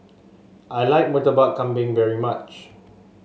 I like Murtabak Kambing very much